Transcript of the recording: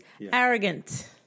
arrogant